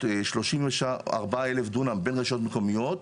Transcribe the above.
שלושים וארבעה אלף דונם בין רשויות מקומיות,